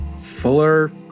fuller